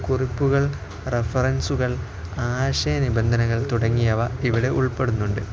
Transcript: കുറിപ്പുകൾ റെഫറൻസുകൾ ആശയ നിബന്ധനങ്ങൾ തുടങ്ങിയവ ഇവിടെ ഉൾപ്പെടുന്നുണ്ട്